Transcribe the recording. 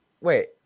Wait